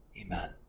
Amen